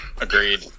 Agreed